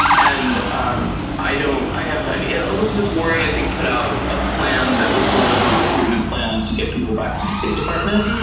and um i don't i have i mean elizabeth warren i think put out a plan that was sort of a recruitment plan to get people back to the state department.